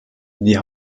die